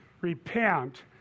Repent